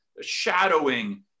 shadowing